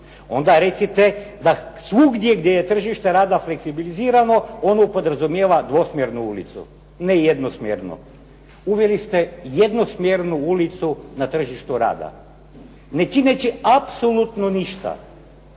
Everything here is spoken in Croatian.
onda recite da svugdje gdje je tržište rada fleksibilizirano ono podrazumijeva dvosmjernu ulicu. Ne jednosmjernu. Uveli ste jednosmjernu ulicu na tržištu rada, ne čineći apsolutno ništa